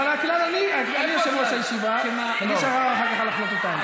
אולי שהממשלה תכבד את הכנסת?